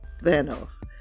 Thanos